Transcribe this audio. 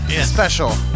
special